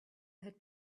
had